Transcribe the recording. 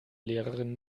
lehrerin